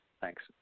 thanks